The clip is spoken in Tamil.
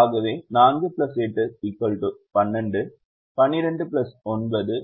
ஆகவே 4 8 12 12 9 21